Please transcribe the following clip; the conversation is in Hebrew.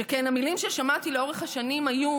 שכן המילים ששמעתי לאורך השנים היו: